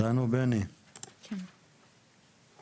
אדוני יושב הראש חבר הכנסת ווליד,